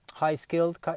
high-skilled